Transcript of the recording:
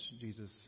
Jesus